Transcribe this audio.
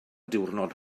diwrnod